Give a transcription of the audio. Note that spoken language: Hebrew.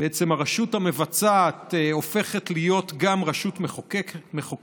בעצם הרשות המבצעת הופכת להיות גם רשות מחוקקת.